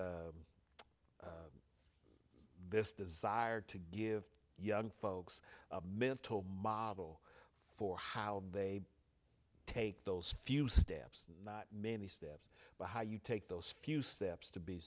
this desire to give young folks a mental model for how they take those few steps not many steps but how you take those few steps to be